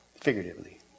figuratively